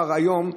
כבר היום,